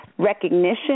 recognition